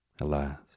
Alas